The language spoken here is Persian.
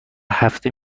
هفته